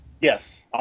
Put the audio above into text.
yes